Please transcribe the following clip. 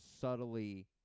Subtly